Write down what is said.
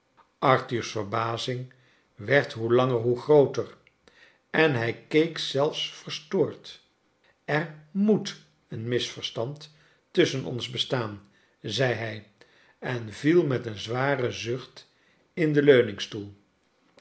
arthur's verbazing werd hoe langer hoe grooter en hij keek zelfs verstoord er moet een misverstand tussahen ons bestaan zei hij en viel met een zwaren zucht in den